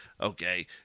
Okay